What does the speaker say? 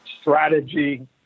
strategy